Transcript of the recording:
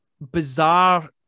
bizarre